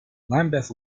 lambeth